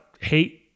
hate